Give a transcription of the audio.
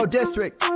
district